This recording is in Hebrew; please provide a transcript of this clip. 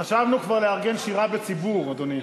חשבנו כבר לארגן שירה בציבור, אדוני.